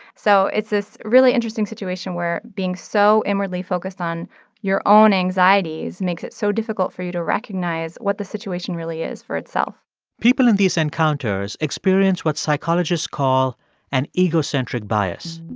so it's this really interesting situation where being so inwardly focused on your own anxieties makes it so difficult for you to recognize what the situation really is for itself people in these encounters experience what psychologists call an egocentric bias.